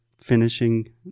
finishing